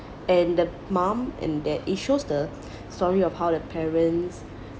and the mum and dad it shows the story of how the parents